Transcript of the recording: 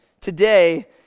today